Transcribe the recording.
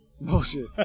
Bullshit